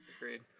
agreed